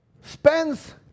spends